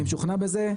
אני משוכנע בזה.